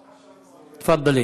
תפאדלי.